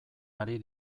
ari